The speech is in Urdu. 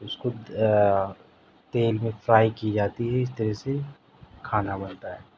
اس کو تیل میں فرائی کی جاتی ہے اس طرح سے کھانا بنتا ہے